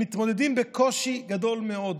הם מתמודדים בקושי גדול מאוד.